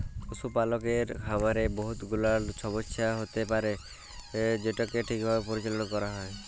পশুপালকের খামারে বহুত গুলাল ছমচ্যা হ্যইতে পারে যেটকে ঠিকভাবে পরিচাললা ক্যইরতে হ্যয়